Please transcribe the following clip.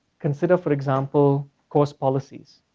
consider for example cost policies,